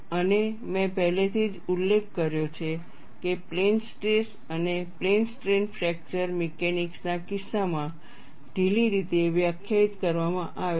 અને મેં પહેલેથી જ ઉલ્લેખ કર્યો છે કે પ્લેન સ્ટ્રેસ અને પ્લેન સ્ટ્રેન ફ્રેક્ચર મિકેનિક્સ ના કિસ્સામાં ઢીલી રીતે વ્યાખ્યાયિત કરવામાં આવે છે